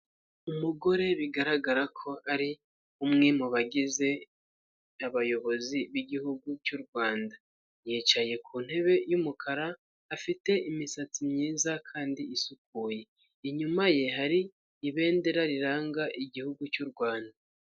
Umugore bigaragara ko ari umwe mu bagize abayobozi b'igihugu cy'u Rwanda, yicaye ku ntebe y'umukara afite imisatsi myiza kandi isukuye, inyuma ye hari ibendera riranga igihugu cy'u Rwanda.